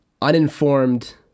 uninformed